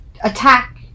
attack